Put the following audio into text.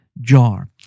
jar